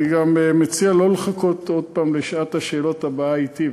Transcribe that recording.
אני גם מציע לא לחכות עוד פעם לשעת השאלות הבאה אתי,